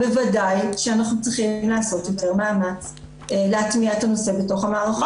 בוודאי שאנחנו צריכים לעשות יותר מאמץ להטמיע את הנושא בתוך המערכות.